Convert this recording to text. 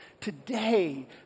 Today